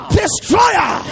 Destroyer